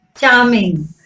charming